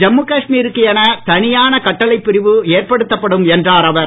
ஜம்மு காஷ்மீருக்கு என தனியான கட்டளைப் பிரிவு எற்படுத்தப்படும் என்றார் அவர்